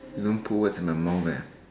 you don't put words in my mouth eh